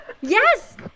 Yes